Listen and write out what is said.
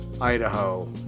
idaho